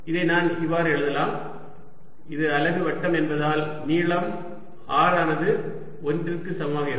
இதை நான் இவ்வாறு எழுதலாம் இது அலகு வட்டம் என்பதால் நீளம் r ஆனது 1 க்கு சமமாக இருக்கும்